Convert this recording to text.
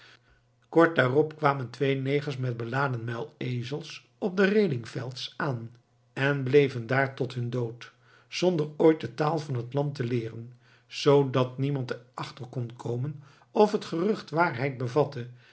kort daarop kwamen twee negers met beladen muilezels op den redingfelz aan en bleven daar tot hun dood zonder ooit de taal van het land te leeren zoodat niemand er achter komen kon of het gerucht waarheid bevatte